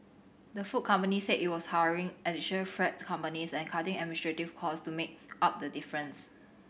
the food company said it was hiring additional freight companies and cutting administrative cost to make up the difference